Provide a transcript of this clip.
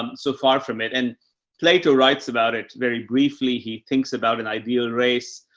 um so far from it and plato writes about it very briefly. he thinks about an ideal race.